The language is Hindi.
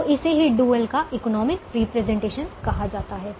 तो इसे ही डुअल का इकोनॉमिक इंटरप्रिटेशन कहा जाता है